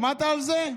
שמעת על זה?